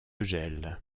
gel